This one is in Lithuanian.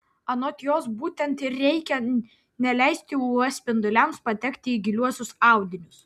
anot jos būtent ir reikia neleisti uv spinduliams patekti į giliuosius audinius